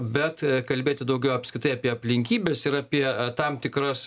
bet kalbėti daugiau apskritai apie aplinkybes ir apie tam tikras